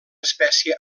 espècie